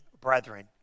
brethren